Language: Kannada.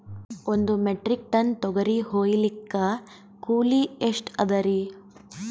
ಒಂದ್ ಮೆಟ್ರಿಕ್ ಟನ್ ತೊಗರಿ ಹೋಯಿಲಿಕ್ಕ ಕೂಲಿ ಎಷ್ಟ ಅದರೀ?